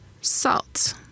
Salt